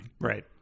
right